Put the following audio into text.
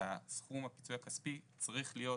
שסכום הפיצוי הכספי צריך להיות